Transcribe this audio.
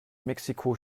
mexiko